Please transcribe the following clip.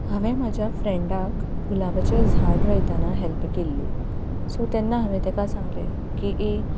हांवें म्हज्या फ्रेंडाक गुलाबाचें झाड लायताना हॅल्प केल्ली सो तेन्ना ताका हांवें सांगले की